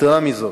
יתירה מזו,